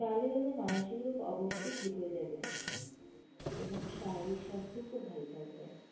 তাহলে তাদের মানসিক রোগ অবশ্যই ঠিক হয়ে যাবে এবং শারীরিক স্বাস্থ্যও খুব ভালো থাকবে